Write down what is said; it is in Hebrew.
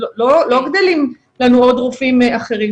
לא גדלים לנו עוד רופאים אחרים.